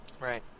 Right